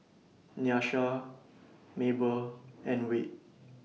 Nyasia Mable and Wade